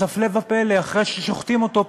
אז הפלא ופלא: אחרי ששוחטים אותו,